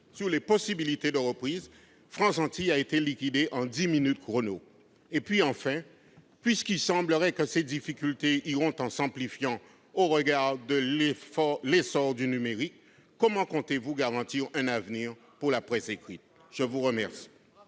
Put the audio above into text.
sur les possibilités de reprise ? a été liquidé en dix minutes chrono ! Enfin, puisqu'il semblerait que ces difficultés iront en s'amplifiant au regard de l'essor du numérique, comment comptez-vous garantir un avenir pour la presse écrite ? La parole